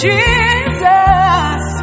Jesus